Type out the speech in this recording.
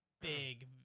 big